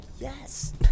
yes